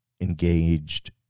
engaged